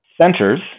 centers